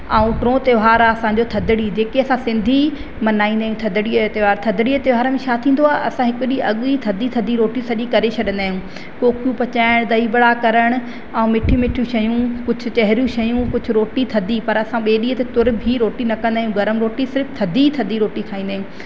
ऐं टियों त्योहारु आहे असांजो थधिड़ी जेके असां सिंधी मल्हाईंदा आहियूं थधिड़ी जो त्योहारु थधिड़ीअ जे त्योहार में छा थींदो आहे असां हिकु ॾींहु अॻु ई थधी थधी रोटी सॼी करे छॾींदा आहियूं कोकियूं पचाइणु दही वड़ा करणु ऐं मिठी मिठी शयूं कुझु चहिरियूं शयूं कुझु रोटी थधी पर असां ॿिए ॾींहं ते तुरु बि रोटी न कंदा आहियूं गरमु रोटी सिर्फ़ु थधी थधी रोटी खाईंदा आहियूं